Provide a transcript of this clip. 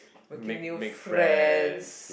making new friends